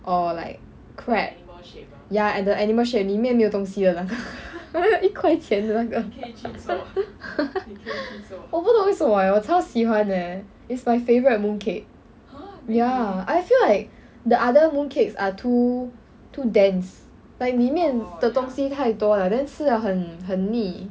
or like crab ya and the animal shape 里面没有东西的那个 一块钱的那个 我不懂为什么诶我超喜欢的诶 it's my favourite mooncake ya I feel like the other mooncakes are too too dense like 里面的东西太多啦 then 吃了很很腻